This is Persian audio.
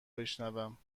بشنوم